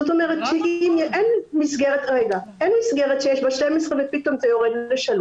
זאת אומרת שאין מסגרת שיש בה 12 ופתאום זה יורד ל-3.